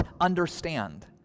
understand